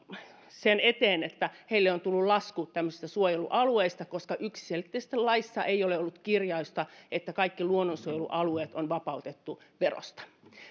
sen eteen että heille on tullut lasku tämmöisistä suojelualueista koska yksiselitteisesti laissa ei ole ollut kirjausta että kaikki luonnonsuojelualueet on vapautettu verosta